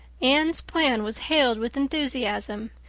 anne's plan was hailed with enthusiasm.